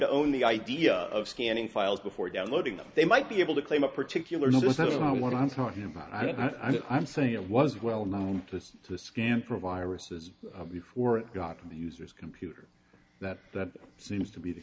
to own the idea of scanning files before downloading them they might be able to claim a particular notice of what i'm talking about and i'm saying it was well known to scan for viruses before it got to the user's computer that that seems to be the